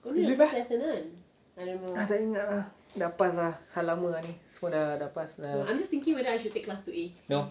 really meh I tak ingat lah dah pass dah hal lama lah ni semua dah dah pass dah no